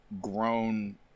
grown